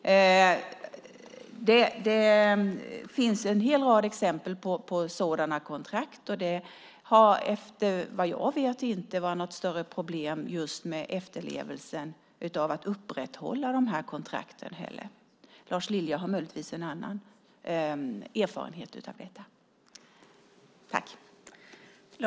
Det finns en rad exempel på sådana kontrakt. Vad jag vet har det inte heller varit något större problem med efterlevnaden när det gäller att upprätthålla kontrakten. Lars Lilja har möjligtvis en annan erfarenhet av detta.